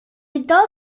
idag